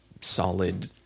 solid